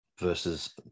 versus